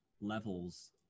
levels